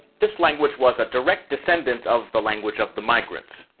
this language was a direct descendant of the language of the migrants.